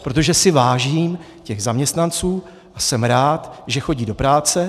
Protože si vážím těch zaměstnanců a jsem rád, že chodí do práce.